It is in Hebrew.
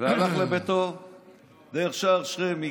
הלך לביתו דרך שער שכם.